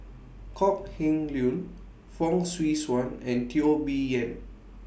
Kok Heng Leun Fong Swee Suan and Teo Bee Yen